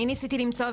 אני ניסיתי למצוא,